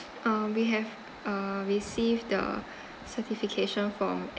um we have received uh the certification from